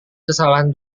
kesalahan